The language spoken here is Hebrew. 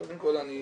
קודם כל אני